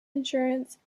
insurance